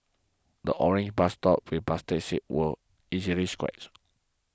the orange bus stops play plastic seats were easily scratched